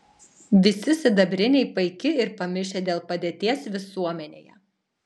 visi sidabriniai paiki ir pamišę dėl padėties visuomenėje